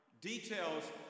details